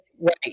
right